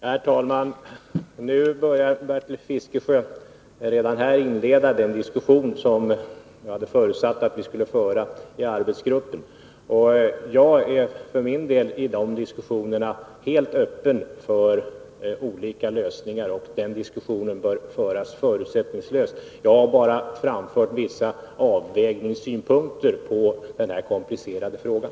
Herr talman! Nu börjar Bertil Fiskesjö redan här inleda den diskussion som jag hade förutsatt att vi skulle föra i arbetsgruppen. Jag är för min del i den diskussionen helt öppen för olika lösningar, och den diskussionen bör föras förutsättningslöst. Jag har bara framfört vissa avvägningssynpunkter på den här komplicerade frågan.